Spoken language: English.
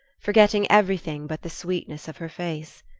forgetting everything but the sweetness of her face.